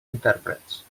intèrprets